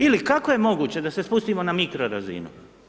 Ili kako je moguće da se spustimo na mikrorazinu?